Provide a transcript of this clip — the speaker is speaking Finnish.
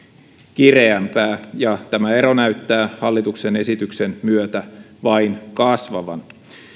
kireämpää ja tämä ero näyttää hallituksen esityksen myötä vain kasvavan